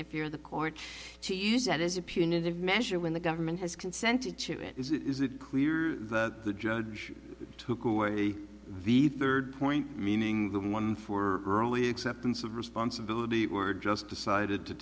if you're the court to use that as a punitive measure when the government has consented to it is it clear that the judge took away the third point meaning the one for only acceptance of responsibility were just decided to